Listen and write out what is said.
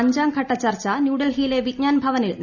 അഞ്ചാം ഘട്ട ചർച്ച ന്യൂഡൽഹിയിലെ വിജ്ഞാൻ ഭവനിൽ നടന്നു